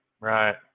Right